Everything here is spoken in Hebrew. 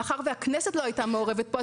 מאחר והכנסת לא הייתה מעורבת פה,